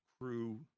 crew